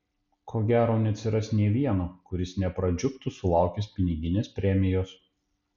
ko gero neatsiras nė vieno kuris nepradžiugtų sulaukęs piniginės premijos